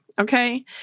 Okay